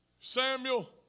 Samuel